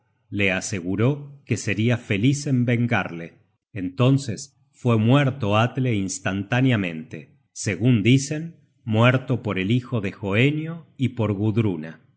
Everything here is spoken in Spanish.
le aseguró que seria feliz en vengarle entonces fue muerto atle instantáneamente segun dicen muerto por el hijo de hoenio y por